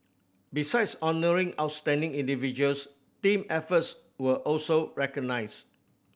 besides honouring outstanding individuals team efforts were also recognised